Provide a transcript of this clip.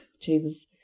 Jesus